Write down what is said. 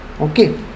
Okay